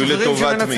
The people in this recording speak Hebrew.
תלוי לטובת מי.